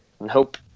Nope